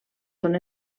són